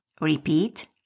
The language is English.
Repeat